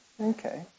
Okay